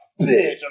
Bitch